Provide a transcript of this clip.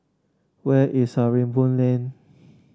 where is Sarimbun Lane